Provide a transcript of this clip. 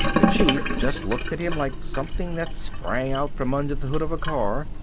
the chief just looked at him like something that sprang out from under the hood of a car,